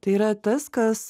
tai yra tas kas